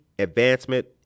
Advancement